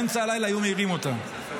באמצע הלילה היו מעירים אותם.